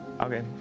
Okay